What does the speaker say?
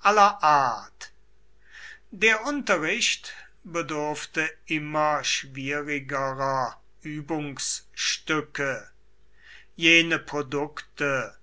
aller art der unterricht bedurfte immer schwierigerer übungsstücke jene produkte